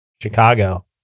Chicago